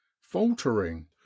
faltering